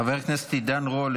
חבר הכנסת עידן רול,